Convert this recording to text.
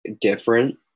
different